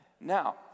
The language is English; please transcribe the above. now